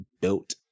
built